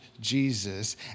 Jesus